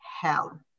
hell